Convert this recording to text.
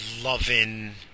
loving